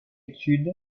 étude